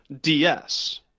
DS